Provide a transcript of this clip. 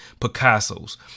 Picasso's